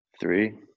three